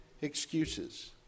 excuses